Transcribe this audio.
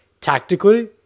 Tactically